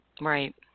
Right